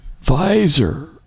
visor